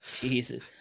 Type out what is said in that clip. Jesus